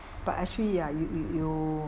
but actually ya you you you